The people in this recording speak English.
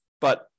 But-